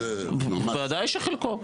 בוודאי שחלקו.